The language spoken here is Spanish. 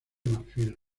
marfil